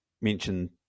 mentioned